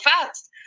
fast